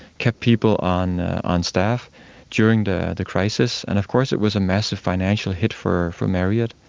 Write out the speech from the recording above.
kept people on on staff during the the crisis, and of course it was a massive financial hit for for marriott,